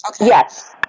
Yes